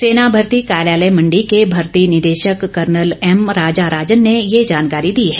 सेना भर्ती कार्यालय मंडी के भर्ती निदेशक कर्नल एम राजा राजन ने ये जानकारी दी है